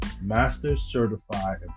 master-certified